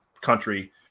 country –